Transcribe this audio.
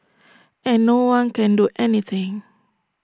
and no one can do anything